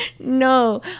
no